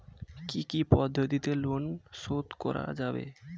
কি কি পদ্ধতিতে লোন শোধ করা যাবে?